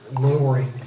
lowering